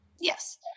Yes